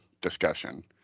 discussion